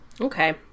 okay